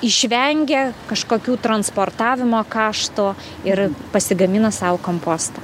išvengia kažkokių transportavimo kaštų ir pasigamina sau kompostą